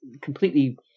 completely